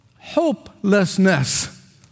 hopelessness